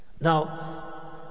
now